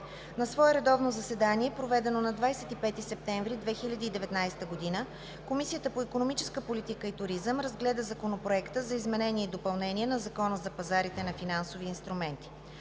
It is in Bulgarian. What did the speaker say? На свое редовно заседание, проведено на 25 септември 2019 г., Комисията по икономическа политика и туризъм разгледа Законопроекта за изменение и допълнение на Закона за пазарите на финансови инструменти.